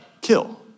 kill